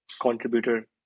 contributor